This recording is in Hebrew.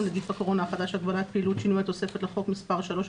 (נגיף הקורונה החדש הגבלת פעילות) (שינוי התוספת לחוק) (מספר 3),